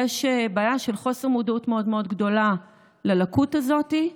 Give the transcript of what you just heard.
יש בעיה של חוסר מודעות מאוד מאוד גדולה ללקות הזאת.